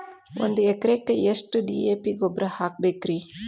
ಒಂದು ಎಕರೆಕ್ಕ ಎಷ್ಟ ಡಿ.ಎ.ಪಿ ಗೊಬ್ಬರ ಹಾಕಬೇಕ್ರಿ?